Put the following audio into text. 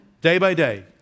Day-by-Day